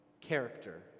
Character